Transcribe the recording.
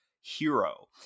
hero